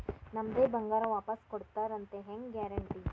ನಮ್ಮದೇ ಬಂಗಾರ ವಾಪಸ್ ಕೊಡ್ತಾರಂತ ಹೆಂಗ್ ಗ್ಯಾರಂಟಿ?